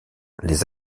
les